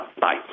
Bye